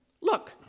Look